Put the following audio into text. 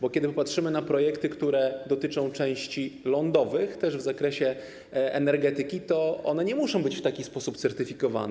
Bo kiedy patrzymy na projekty, które dotyczą części lądowych, też w zakresie energetyki, to one nie muszą być w taki sposób certyfikowane.